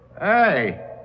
Hey